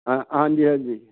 ਹਾਂ ਹਾਂਜੀ ਹਾਂਜੀ